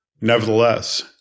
Nevertheless